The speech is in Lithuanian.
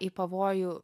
į pavojų